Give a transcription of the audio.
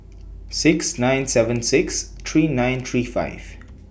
six nine seven six three nine three five